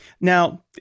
Now